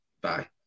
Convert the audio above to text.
bye